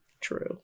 True